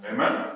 Amen